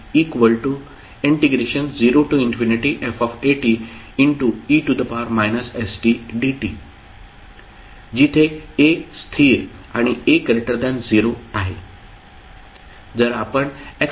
Lf0fate stdt जिथे a स्थिर आणि a0 आहे